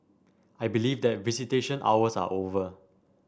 I believe that visitation hours are over